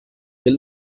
del